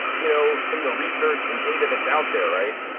you know, some of the research and data that's out there, right.